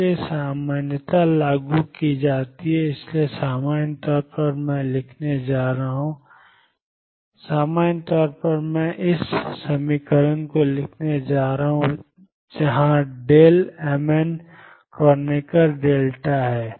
इसलिए सामान्यता लागू की जाती है इसलिए सामान्य तौर पर मैं लिखने जा रहा हूं mxnxdxmn जहांmn क्रोनकर डेल्टा है